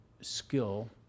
skill